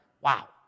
Wow